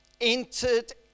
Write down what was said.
entered